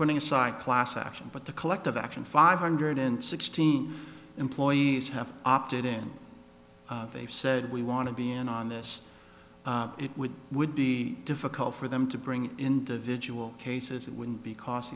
putting aside class action but the collective action five hundred and sixty employees have opted in they've said we want to be in on this it would be would be difficult for them to bring individual cases it wouldn't be cost